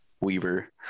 Weaver